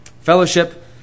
Fellowship